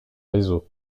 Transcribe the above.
réseau